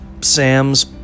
Sam's